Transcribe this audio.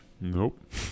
Nope